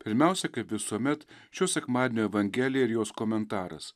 pirmiausia kaip visuomet šio sekmadienio evangelija ir jos komentaras